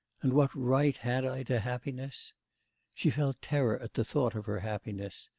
and what right had i to happiness she felt terror at the thought of her happiness.